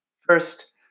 First